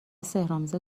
سحرآمیز